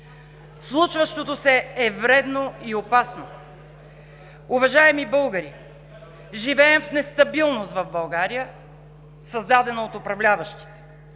Случващото се е вредно и опасно. Уважаеми българи, живеем в нестабилност в България, създадена от управляващите;